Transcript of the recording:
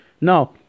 Now